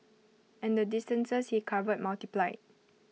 and the distances he covered multiplied